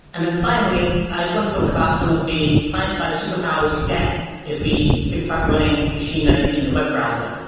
and then finally, i want to talk about some of the client side superpowers you get if we think about running machine learning in the web browser.